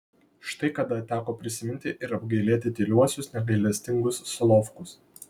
štai kada teko prisiminti ir apgailėti tyliuosius negailestingus solovkus